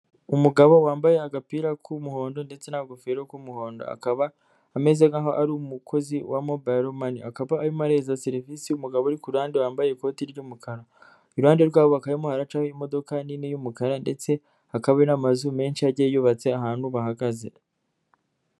Umugabo wambaye agapira k'umuhondo ndetse n'akagofero k'umuhondo, akaba ameze nkaho ari umukozi wa mobile money, akaba arimo arahereza serivisi umugabo uri ku ruhande wambaye ikoti ry'umukara, iruhande rwabo hakaba harimo haracaho imodoka nini y'umukara ndetse hakaba hari n'amazu menshi agiye yubatse ahantu bahagaze.